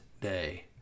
day